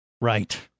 Right